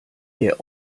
der